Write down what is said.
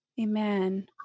amen